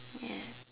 yes